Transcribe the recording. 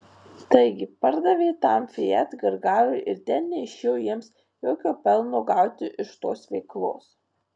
taigi pardavė tam fiat gargarui ir ten neišėjo jiems jokio pelno gauti iš tos veiklos